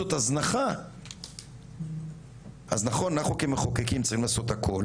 זאת הזנחה אז נכון אנחנו כמחוקקים צריכים לעשות הכול